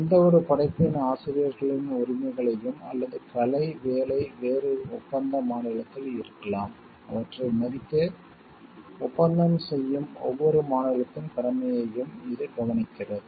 எந்தவொரு படைப்பின் ஆசிரியர்களின் உரிமைகளையும் அல்லது கலை வேலை வேறு ஒப்பந்த மாநிலத்தில் இருக்கலாம் அவற்றை மதிக்க ஒப்பந்தம் செய்யும் ஒவ்வொரு மாநிலத்தின் கடமையையும் இது கவனிக்கிறது